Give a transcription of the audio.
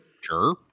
Sure